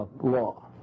law